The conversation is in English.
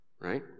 right